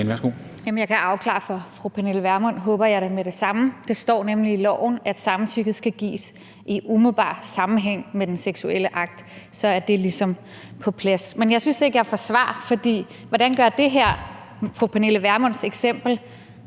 jeg da, med det samme. Det står nemlig i loven, at samtykket skal gives i umiddelbar sammenhæng med den seksuelle akt. Så er det ligesom på plads. Men jeg synes ikke, jeg får svar, For hvordan er fru Pernille Vermunds eksempel